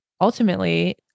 ultimately